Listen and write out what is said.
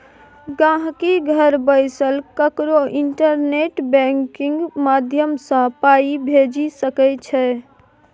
गांहिकी घर बैसल ककरो इंटरनेट बैंकिंग माध्यमसँ पाइ भेजि सकै छै